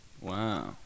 Wow